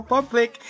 Public